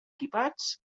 equipats